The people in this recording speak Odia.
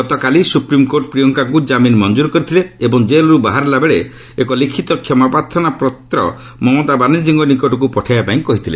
ଗତକାଲି ସୁପ୍ରିମ୍କୋର୍ଟ ପ୍ରିୟଙ୍କାଙ୍କୁ ଜାମିନ୍ ମଞ୍ଜୁର କରିଥିଲେ ଏବଂ ଜେଲରୁ ବାହାରିଲା ବେଳେ ଏକ ଲିଖିତ କ୍ଷମାପ୍ରାର୍ଥନା ପତ୍ର ମମତା ବାନାର୍ଜୀଙ୍କ ନିକଟକ୍ତ ପଠାଇବା ପାଇଁ କହିଥିଲେ